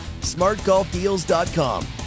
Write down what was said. SmartGolfDeals.com